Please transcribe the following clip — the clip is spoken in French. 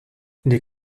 les